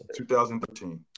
2013